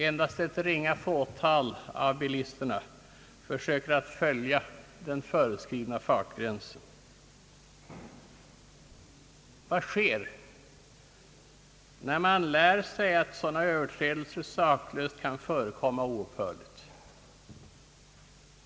Endast ett ringa fåtal av bilisterna följer den föreskrivna fartgränsen. Vad sker när bilisterna lär sig att sådana överträdelser saklöst kan förekomma oupphörligt?